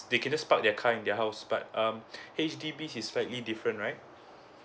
they can just park their car in their house but um H_D_B is slightly different right